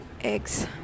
eggs